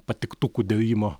patiktukų dėjimo